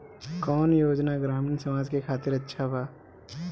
कौन योजना ग्रामीण समाज के खातिर अच्छा बा?